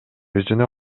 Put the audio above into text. өзүнө